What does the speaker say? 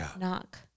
knock